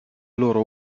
loro